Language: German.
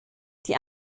die